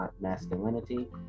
masculinity